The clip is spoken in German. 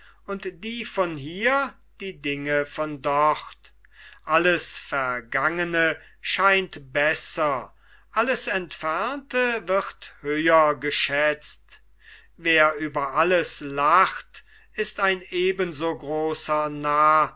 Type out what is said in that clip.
und die von hier die dinge von dort alles vergangene scheint besser alles entfernte wird höher geschätzt wer über alles lacht ist ein eben so großer narr